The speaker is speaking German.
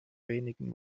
wenigen